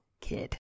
kid